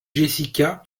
jessica